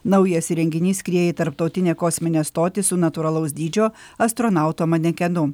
naujas įrenginys skrieja į tarptautinę kosminę stotį su natūralaus dydžio astronauto manekenu